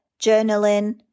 journaling